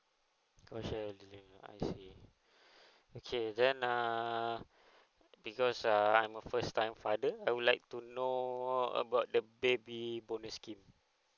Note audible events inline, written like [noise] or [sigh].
okay okay I see [breath] okay then err because err I'm a first time father I would like to know about the baby bonus scheme